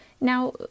Now